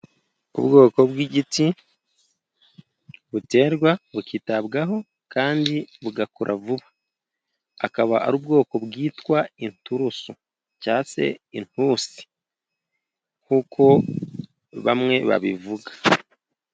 Ubwoko bw'igiti, buterwa bukitabwaho kandi bugakura vuba, akaba ari ubwoko bwitwa inturusu, cyangwa se intusi nkuko bamwe babivuga.